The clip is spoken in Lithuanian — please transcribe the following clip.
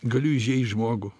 galiu įžeist žmogų